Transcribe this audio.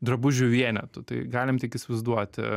drabužių vienetų tai galim tik įsivaizduoti